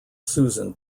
susan